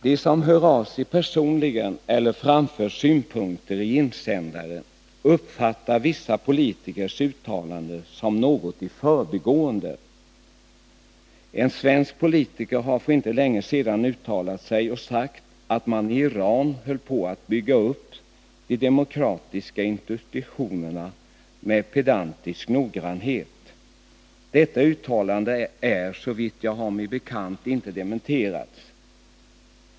De som hör av sig personligen eller framför synpunkter i insändare uppfattar vissa politikers uttalanden som något i förbigående. En svensk politiker har för inte länge sedan uttalat sig och sagt att man i Iran höll på att bygga upp de demokratiska institutionerna med pedantisk noggrannhet. Detta uttalande är, såvitt jag har mig bekant, inte dementerat.